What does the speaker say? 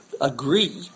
agree